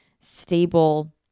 stable